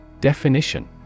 Definition